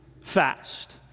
fast